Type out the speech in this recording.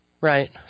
Right